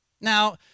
Now